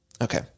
Okay